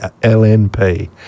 LNP